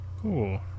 Cool